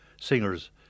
singers